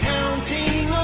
Counting